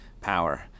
power